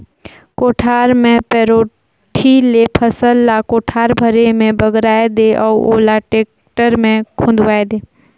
कोठार मे पैरोठी ले फसल ल कोठार भरे मे बगराय दे अउ ओला टेक्टर मे खुंदवाये दे